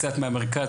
קצת מהמרכז,